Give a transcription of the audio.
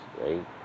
right